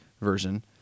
version